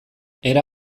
era